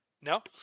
No